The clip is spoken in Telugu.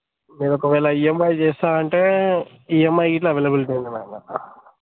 మీరు ఒకవేళ ఈఎంఐ చేస్తాను అంటే ఈఎంఐ గిట్ల అవైలబిలిటీ ఉంది మ్యాడము